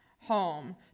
home